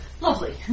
Lovely